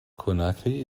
conakry